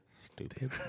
Stupid